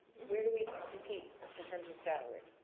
where do we compete in terms of salary?